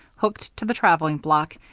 hooked to the travelling block,